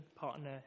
partner